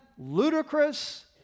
ludicrous